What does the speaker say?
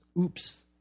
oops